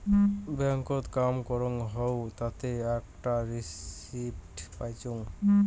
ব্যাংকত কাম করং হউ তাতে আকটা রিসিপ্ট পাইচুঙ